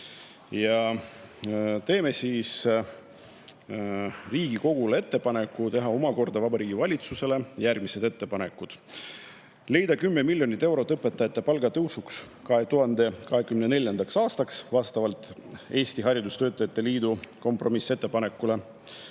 Me teeme Riigikogule ettepaneku teha omakorda Vabariigi Valitsusele järgmised ettepanekud: leida 10 miljonit eurot õpetajate palga tõusuks 2024. aastaks vastavalt Eesti Haridustöötajate Liidu kompromissettepanekule,